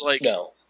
No